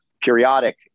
periodic